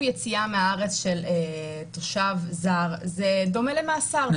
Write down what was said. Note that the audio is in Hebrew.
יציאה מהארץ של תושב זר זה דומה למאסר,